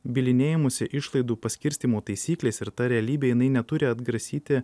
bylinėjimosi išlaidų paskirstymo taisyklės ir ta realybė jinai neturi atgrasyti